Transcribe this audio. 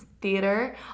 theater